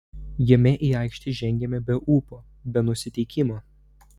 jame į aikštę žengėme be ūpo be nusiteikimo